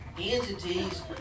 entities